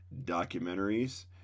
Documentaries